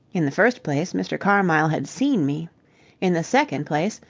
in the first place, mr. carmyle had seen me in the second place,